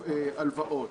הלוואות,